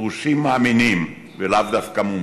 לעתיד דרושים מאמינים, ולאו דווקא מומחים.